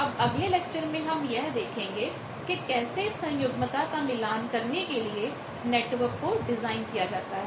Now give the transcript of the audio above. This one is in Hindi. अब अगले लेक्चर में हम यह देखेंगे कि कैसे सन्युग्मता का मिलान करने के लिए नेटवर्क को डिजाइन किया जाता है